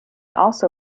also